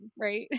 right